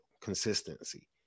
consistency